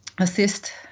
assist